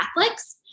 Catholics